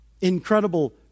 Incredible